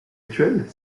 virtuelles